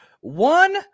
one